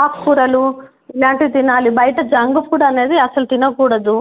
ఆకుకూరలు ఇలాంటివి తినాలి బయట జంక్ ఫుడ్ అనేది అసలు తినకూడదు